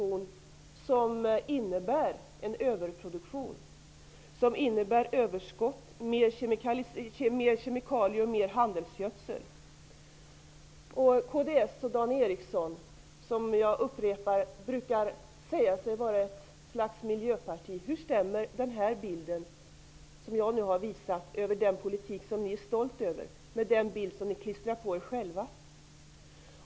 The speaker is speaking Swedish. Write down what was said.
Man övergår till en överproduktion med överskott, mer kemikalier och mer handelsgödsel. Kds brukar säga sig vara ett slags miljöparti, Dan Ericsson. Hur stämmer den bild jag nu har visat över den politik som ni är stolta över med den bild som ni klistrar på er själva?